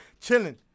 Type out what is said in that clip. Chilling